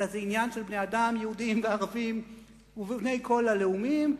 אלא זה עניין של בני-אדם יהודים וערבים ובני כל הלאומים,